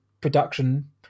production